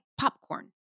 popcorn